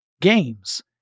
games